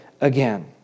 again